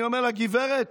אני אומר לה: גברת,